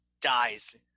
dies